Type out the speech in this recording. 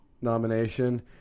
nomination